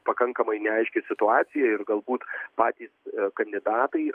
pakankamai neaiški situacija ir galbūt patys kandidatai